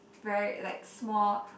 very like small